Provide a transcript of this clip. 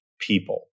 people